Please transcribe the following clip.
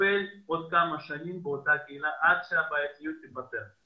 יטפל עוד כמה שנים באותה קהילה עד שהבעייתיות תיפתר.